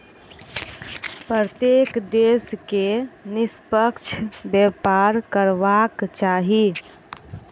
प्रत्येक देश के निष्पक्ष व्यापार करबाक चाही